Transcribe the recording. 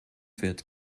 wird